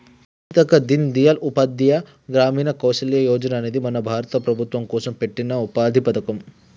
సీతక్క దీన్ దయాల్ ఉపాధ్యాయ గ్రామీణ కౌసల్య యోజన అనేది మన భారత ప్రభుత్వం కోసం పెట్టిన ఉపాధి పథకం